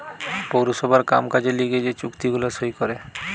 পৌরসভার কাম কাজের লিগে যে চুক্তি গুলা সই করে